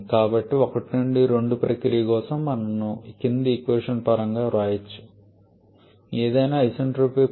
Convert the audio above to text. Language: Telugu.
కాబట్టి 1 నుండి 2 ప్రక్రియ కోసం మనం దీనిని వ్రాయవచ్చు ఏదైనా ఐసెన్ట్రోపిక్ ప్రక్రియలకు ఇది వర్తిస్తుంది